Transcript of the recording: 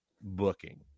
booking